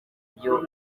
byo